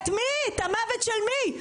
את מי את המוות של מי?